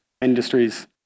industries